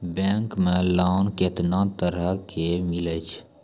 Bank मे loan कैतना तरह के मिलै छै?